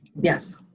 Yes